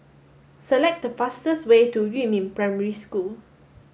select the fastest way to Yumin Primary School